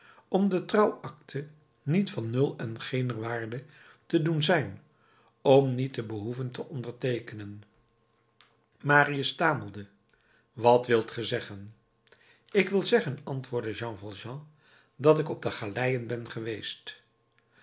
om de trouw acte niet van nul en geener waarde te doen zijn om niet te behoeven te onderteekenen marius stamelde wat wilt ge zeggen ik wil zeggen antwoordde jean valjean dat ik op de galeien ben geweest